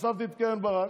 שהוספתי את קרן ברק?